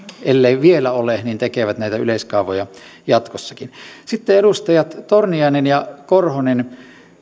elleivät vielä ole tehneet tekevät näitä yleiskaavoja jatkossakin sitten edustajat torniainen ja korhonen